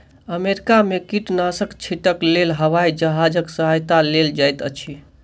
America में कीटनाशक छीटक लेल हवाई जहाजक सहायता लेल जाइत अछि